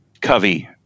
Covey